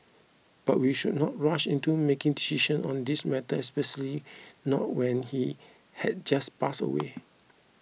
but we should not rush into making decisions on this matter especially not when he had just passed away